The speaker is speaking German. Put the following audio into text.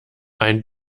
ein